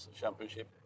championship